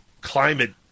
climate